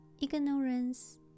ignorance